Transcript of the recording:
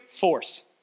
Force